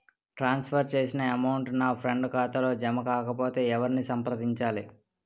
ట్రాన్స్ for చేసిన amount నా friend ఖాతాలో జమ కాకపొతే ఎవరిని సంప్రదించాలి?